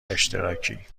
اشتراکی